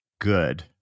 good